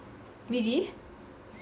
really